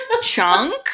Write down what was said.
chunk